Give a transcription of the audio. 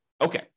Okay